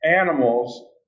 animals